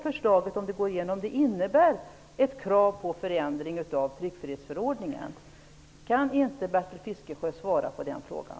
Förslaget till EG direktiv innebär ett krav på förändring av vår tryckfrihetsförordning. Jag vill att Bertil Fiskesjö skall svara på den frågan.